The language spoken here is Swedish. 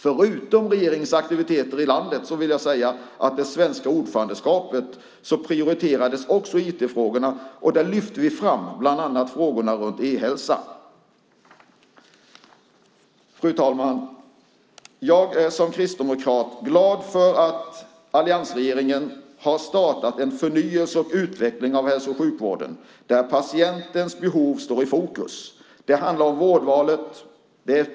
Förutom regeringens aktiviteter i landet vill jag nämna att IT-frågorna också prioriterades under det svenska ordförandeskapet. Vi lyfte bland annat fram frågorna runt e-hälsa. Fru talman! Jag är som kristdemokrat glad för att alliansregeringen har startat en förnyelse och en utveckling av hälso och sjukvården, där patientens behov står i fokus. Det handlar om vårdvalet.